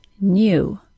new